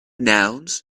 nouns